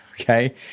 okay